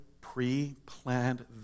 pre-planned